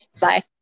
Bye